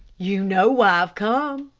you know why i've come?